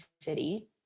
city